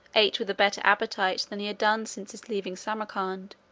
ate with a better appetite than he had done since his leaving samarcand,